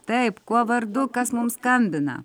taip kuo vardu kas mums skambina